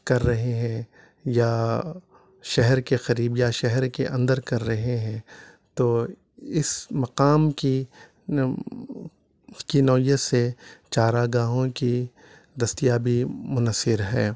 کر رہے ہیں یا شہر کے قریب یا شہر کے اندر کر رہے ہیں تو اس مقام کی نوعیت سے چارا گاہوں کی دستیابی منحصر ہے